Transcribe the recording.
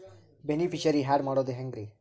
Beneficiary, add ಮಾಡೋದು ಹೆಂಗ್ರಿ?